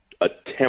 attempt